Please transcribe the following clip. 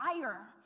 fire